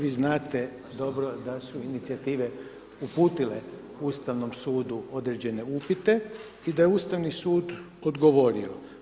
Vi znate dobro da su inicijative uputile Ustavnom sudu određene upite i da je Ustavni sud odgovorio.